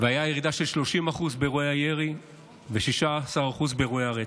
והייתה ירידה של 30% באירועי הירי ו-16% באירועי הרצח.